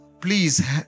please